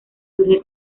surge